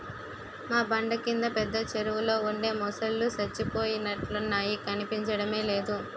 మా బండ కింద పెద్ద చెరువులో ఉండే మొసల్లు సచ్చిపోయినట్లున్నాయి కనిపించడమే లేదు